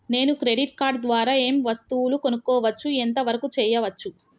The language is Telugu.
నేను క్రెడిట్ కార్డ్ ద్వారా ఏం వస్తువులు కొనుక్కోవచ్చు ఎంత వరకు చేయవచ్చు?